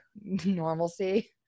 normalcy